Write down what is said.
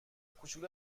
کوچولو